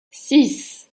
six